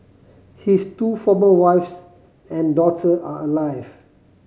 his two former wives and daughter are alive